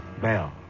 Bell